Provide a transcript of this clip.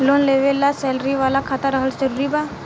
Loan लेवे ला salary वाला खाता रहल जरूरी बा?